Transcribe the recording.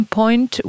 point